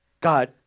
God